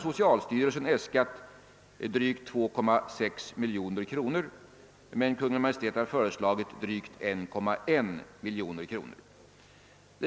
Socialstyrelsen har äskat drygt 2,6 miljoner kronor medan Kungl. Maj:t har föreslagit drygt 1,1 miljoner kronor för detta ändamål.